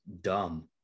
dumb